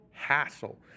hassle